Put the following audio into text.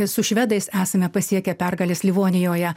su švedais esame pasiekę pergales livonijoje